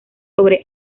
sobre